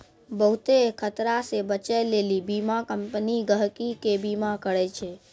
बहुते खतरा से बचै लेली बीमा कम्पनी गहकि के बीमा करै छै